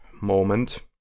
moment